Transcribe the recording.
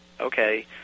okay